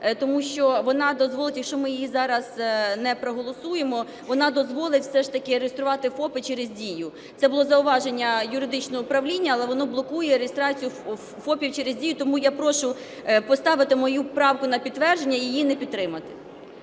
Тому що вона дозволить, якщо ми її зараз не проголосуємо, вона дозволить все ж таки реєструвати ФОПи через "Дію". Це було зауваження юридичного управління, але воно блокує реєстрацію ФОПів через "Дію". Тому я прошу поставити мою правку на підтвердження і її не підтримати.